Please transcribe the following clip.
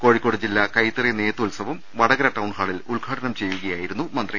കോഴിക്കോട് ജില്ലാ കൈത്തറി നെയ്ത്ത് ഉത്സവം വടകര ടൌൺഹാളിൽ ഉദ്ഘാടനം ചെയ്യുകയായിരുന്നു മന്ത്രി